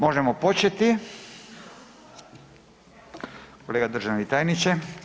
Možemo početi, kolega državni tajniče.